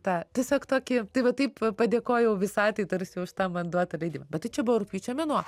tą tiesiog tokį tai va taip padėkojau visatai tarsi už tą man duotą leidimą bet tai čia buvo rugpjūčio mėnuo